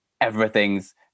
everything's